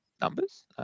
numbers